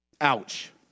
Ouch